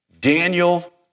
Daniel